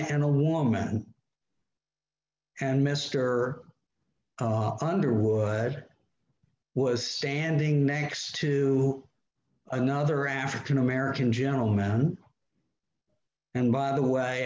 and a woman and mister underwood was standing next to another african american gentleman and by the way